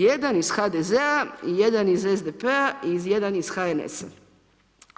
Jedan iz HDZ-a, jedan iz SDP-a i jedan iz HNS-a.